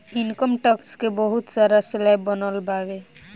income tax के बहुत सारा स्लैब बनल बावे